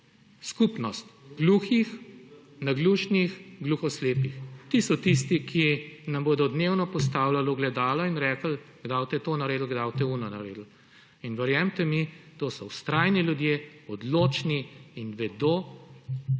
skupnost gluhih, naglušnih, gluhoslepih. Ti so tisti, ki nam bodo dnevno postavljali ogledala in rekli, kdaj boste to naredili, kdaj boste ono naredili. Verjemite mi, to so vztrajni ljudje, odločni in vedo,